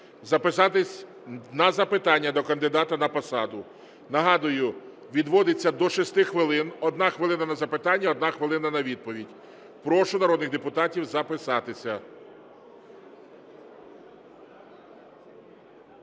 записатися на запитання до кандидата на посаду. Нагадую, відводиться до 6 хвилин (1 хвилина на запитання, 1 хвилина на відповідь). Прошу народних депутатів записатися.